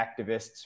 activists